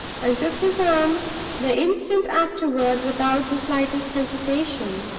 and took his arm the instant afterward without the slightest hesitation.